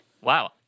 Wow